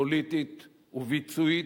פוליטית וביצועית,